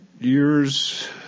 years